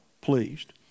pleased